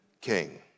king